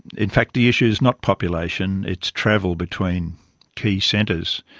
in fact the issue is not population, it's travel between key centres,